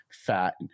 fat